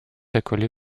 accolée